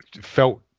felt